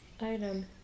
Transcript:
item